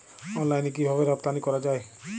অনলাইনে কিভাবে রপ্তানি করা যায়?